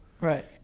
right